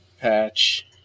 patch